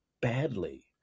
badly